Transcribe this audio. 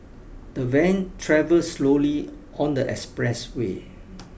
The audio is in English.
the van travelled slowly on the expressway